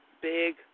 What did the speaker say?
big